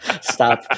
stop